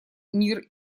мир